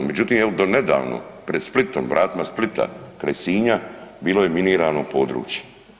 Međutim evo do nedavno pred Splitom, vratima Splita kraj Sinja bilo je minirano područje.